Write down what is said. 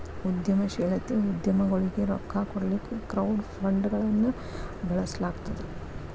ಉದ್ಯಮಶೇಲತೆ ಉದ್ಯಮಗೊಳಿಗೆ ರೊಕ್ಕಾ ಕೊಡ್ಲಿಕ್ಕೆ ಕ್ರೌಡ್ ಫಂಡ್ಗಳನ್ನ ಬಳಸ್ಲಾಗ್ತದ